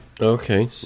Okay